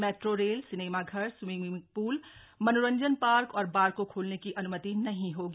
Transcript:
metro rail cinema घर swimming श्ल मनोरंजन श्लर्क और बार को खोलने की अन्मति नहीं होगी